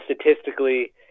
statistically